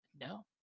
No